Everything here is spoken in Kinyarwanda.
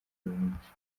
benshi